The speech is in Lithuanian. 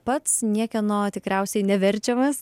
pats niekieno tikriausiai neverčiamas